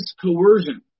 coercion